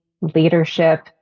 leadership